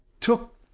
took